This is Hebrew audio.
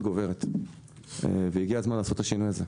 גוברת והגיע הזמן לעשות את השינוי הזה.